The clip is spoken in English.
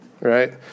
Right